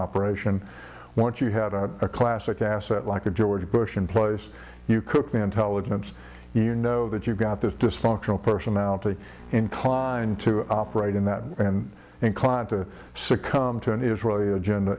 operation once you had a classic asset like a george bush in place you cooked intelligence you know that you've got this dysfunctional personality inclined to operate in that and inclined to succumb to an israeli agenda